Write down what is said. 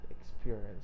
experience